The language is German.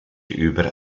über